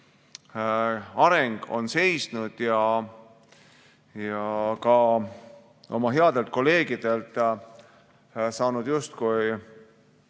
areng on seisnud, ja ka oma headelt kolleegidelt saanud justkui